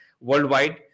worldwide